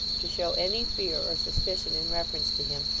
to show any fear or suspicion in reference to him,